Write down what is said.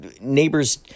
neighbors